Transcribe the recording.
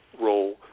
role